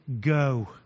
go